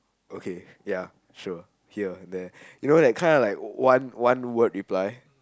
okay ya sure here and there you know that kind of like one one word reply